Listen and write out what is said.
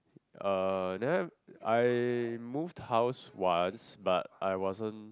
uh then I moved house once but I wasn't